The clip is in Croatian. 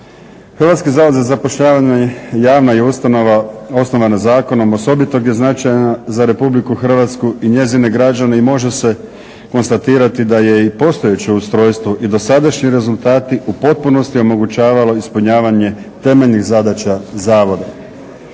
Hrvatski zavod za zapošljavanje javna je ustanova osnovana zakonom. Osobito je značajna za RH i njezine građane i može se konstatirati da je i postojeće ustrojstvo i dosadašnji rezultati u potpunosti omogućavalo ispunjavanje temeljnih zadaća zavoda.